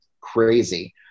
crazy